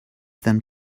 than